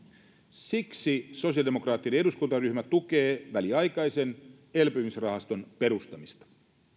siksi sosiaalidemokraattinen eduskuntaryhmä tukee väliaikaisen elpymisrahaston perustamista